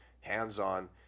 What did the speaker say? hands-on